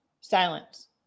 silence